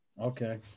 Okay